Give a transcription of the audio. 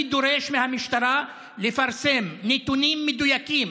אני דורש מהמשטרה לפרסם נתונים מדויקים,